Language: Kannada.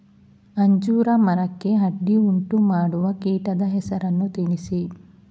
ಅಂಜೂರ ಮರಕ್ಕೆ ಅಡ್ಡಿಯುಂಟುಮಾಡುವ ಕೀಟದ ಹೆಸರನ್ನು ತಿಳಿಸಿ?